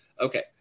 Okay